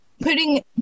putting